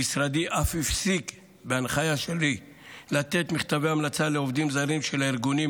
משרדי אף הפסיק בהנחיה שלי לתת מכתבי המלצה לעובדים זרים של הארגונים,